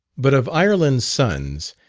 but of ireland's sons,